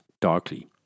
darkly